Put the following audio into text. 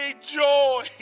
joy